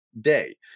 day